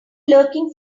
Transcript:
lurking